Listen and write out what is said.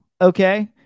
okay